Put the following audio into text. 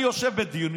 אני יושב בדיון,